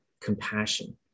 compassion